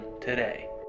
today